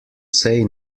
say